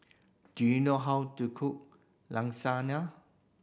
do you know how to cook Lasagne